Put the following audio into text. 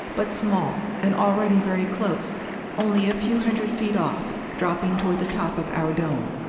but small, and already very close only a few hundred feet off, dropping toward the top of our dome.